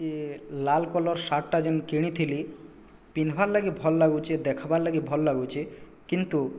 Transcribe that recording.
ଇଏ ଲାଲ କଲର୍ ସାର୍ଟଟା ଯେନ୍ କିଣିଥିଲି ପିନ୍ଧବାର୍ ଲାଗି ଭଲ ଲାଗୁଛେ ଦେଖ୍ବାର୍ ଲାଗି ଭଲ୍ ଲାଗୁଛେ କିନ୍ତୁ